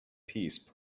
peace